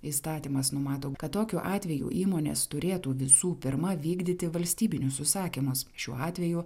įstatymas numato kad tokiu atveju įmonės turėtų visų pirma vykdyti valstybinius užsakymus šiuo atveju